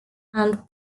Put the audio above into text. and